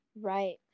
right